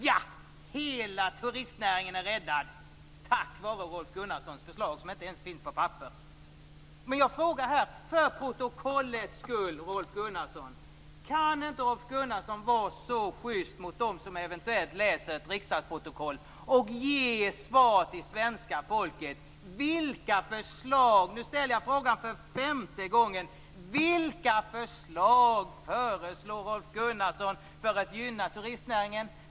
Hela turistnäringen är räddad, tack vare Rolf Gunnarssons förslag som inte ens finns på papper. Nu ställer jag, för protokollets skull, en fråga, Rolf Gunnarsson. Kan inte Rolf Gunnarsson vara så schyst mot dem som eventuellt läser ett riksdagsprotokoll att han ger ett svar till svenska folket? Nu ställer jag frågan för femte gången: Vilka förslag har Rolf Gunnarsson för att gynna turistnäringen?